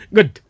Good